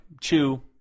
chew